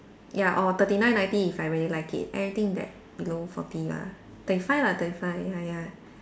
ya or thirty nine ninety if I really like it anything that below forty lah thirty five lah thirty five ya ya